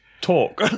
talk